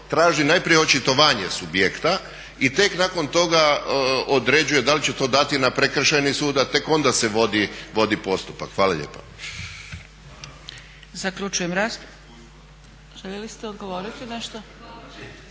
traži najprije očitovanje subjekta i tek nakon toga određuje da li će to dati na prekršajni sud, a tek onda se vodi postupak. Hvala lijepa.